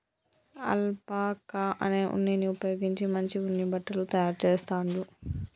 alpaca అనే ఉన్నిని ఉపయోగించి మంచి ఉన్ని బట్టలు తాయారు చెస్తాండ్లు